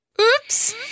Oops